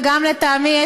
וגם לטעמי,